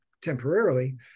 temporarily